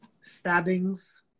stabbings